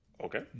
okay